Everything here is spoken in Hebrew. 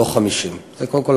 לא 50. זה קודם כול,